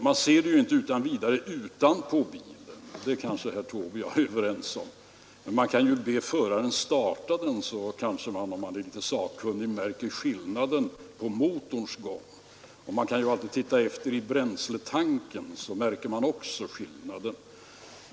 Man ser det ju inte vidare utanpå bilen — det kanske herr Taube och jag är överens om — men man kan be föraren starta den, så kanske man, om man är litet sakkunnig, märker skillnaden på motorns gång. Och man kan ju alltid titta efter i bränsletanken, så märker man också skillnaden.